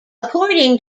according